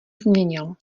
změnil